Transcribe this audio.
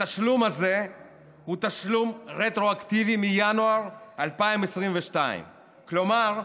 התשלום הזה הוא תשלום רטרואקטיבי מינואר 2022. כלומר,